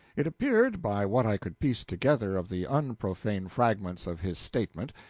it appeared, by what i could piece together of the unprofane fragments of his statement,